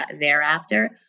thereafter